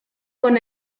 con